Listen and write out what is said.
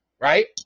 right